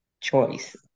choice